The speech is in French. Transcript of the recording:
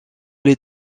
les